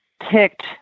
picked